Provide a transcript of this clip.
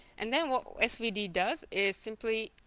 and then what svd does is simply